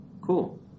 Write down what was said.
Cool